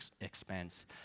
expense